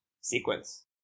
sequence